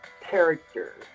character